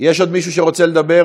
יש עוד מישהו שרוצה לדבר?